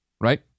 right